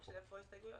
כמה הסתייגויות